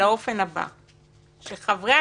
בפוליטיקה